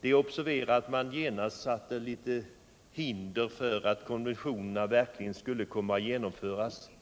Det är att observera att man genast lade vissa hinder i vägen för konventionernas genomförande.